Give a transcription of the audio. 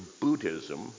Buddhism